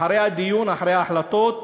אחרי הדיון, אחרי החלטות,